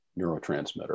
neurotransmitter